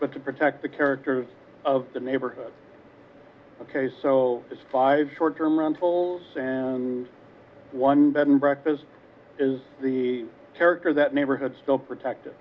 but to protect the character of the neighborhood ok so there's five short term rentals and one bed and breakfast is the character that neighborhood still protect